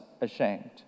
ashamed